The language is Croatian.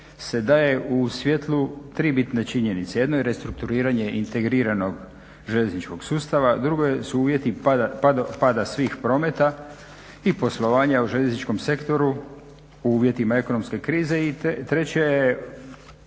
se daje u svjetlu tri bitne činjenice. Jedno je restrukturiranje integriranog željezničkog sustava, drugo su uvjeti pada svih prometa i poslovanja u željezničkom sektoru u uvjetima ekonomske krize i treće je